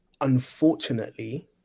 unfortunately